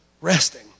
resting